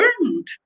learned